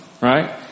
right